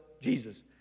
Jesus